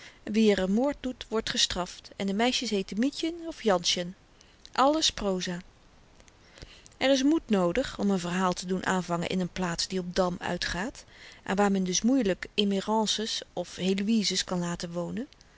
wie er n moord doet wordt gestraft en de meisjes heeten mietjen of jansjen alles proza er is moed noodig om n verhaal te doen aanvangen in n plaats die op dam uitgaat en waar men dus moeielyk emérence's of héloïzes kan laten wonen